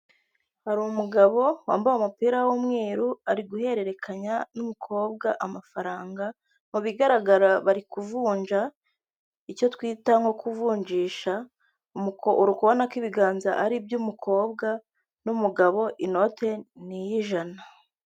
Hari umugabo wambaye umupira w'umweru ari guhererekanya n'umukobwa amafaranga mu bigaragara bari kuvunja icyo twita nko kuvunjisha, uri kubona ko ibiganza ari iby'umukobwa n'umugabo inote n'iy'ijana.